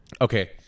Okay